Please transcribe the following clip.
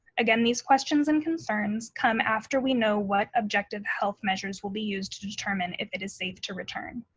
again, these questions and concerns come after we know what objective health measures will be used to determine if it is safe to return.